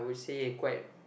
i would say quite